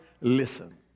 listen